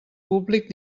públic